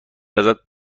ازت